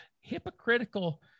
hypocritical